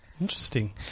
interesting